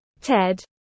Ted